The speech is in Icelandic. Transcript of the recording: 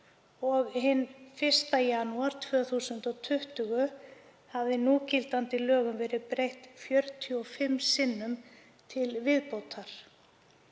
Hinn 1. janúar 2020 hafði núgildandi lögum verið breytt 45 sinnum til viðbótar.